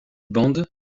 bande